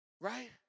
right